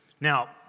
Now